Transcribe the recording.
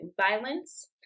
violence